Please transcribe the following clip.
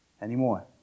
anymore